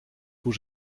hoe